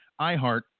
iHeart